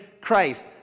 Christ